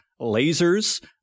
lasers